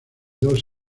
dos